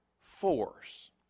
force